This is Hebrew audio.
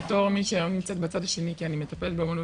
ב': בתור מי שהיום נמצאת בצד השני כי אני מטפלת באומנות